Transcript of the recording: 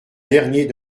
dernier